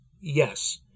Yes